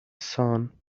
sun